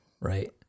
Right